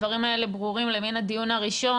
הדברים האלה ברורים למן הדיון הראשון,